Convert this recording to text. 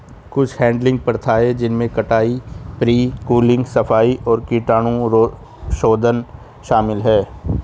कुछ हैडलिंग प्रथाएं जिनमें कटाई, प्री कूलिंग, सफाई और कीटाणुशोधन शामिल है